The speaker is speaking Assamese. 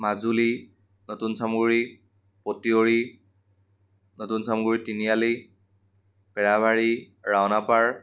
মাজুলী নতুন চামগুৰি পতিয়ৰী নতুন চামগুৰি তিনিআলি পেৰাবাৰী ৰাওনাপাৰ